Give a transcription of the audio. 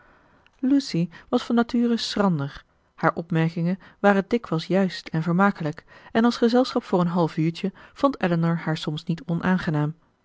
lucy was van nature schrander haar opmerkingen waren dikwijls juist en vermakelijk en als gezelschap voor een half uurtje vond elinor haar soms niet onaangenaam